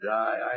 die